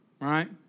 right